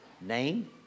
name